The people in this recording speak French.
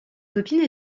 copine